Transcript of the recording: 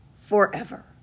forever